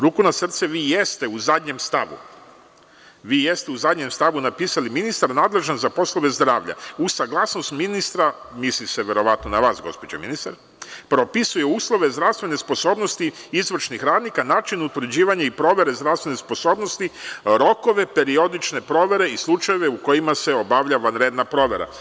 Ruku na srce, vi jeste u zadnjem stavu napisali – ministara nadležan za poslove zdravlja, uz saglasnost ministra, a misli se verovatno na vas, gospođo ministar, propisuje uslove zdravstvene sposobnosti izvršnih radnika, način utvrđivanja i provere zdravstvene sposobnosti, rokove periodične provere i slučajeve u kojima se obavlja vanredna provera.